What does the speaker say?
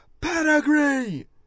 Pedigree